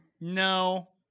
No